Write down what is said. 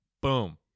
Boom